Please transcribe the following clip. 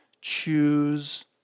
choose